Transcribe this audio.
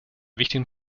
wichtigen